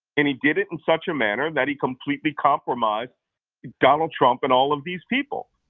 and he did it in such a manner that he completely compromised donald trump and all of these people.